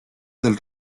del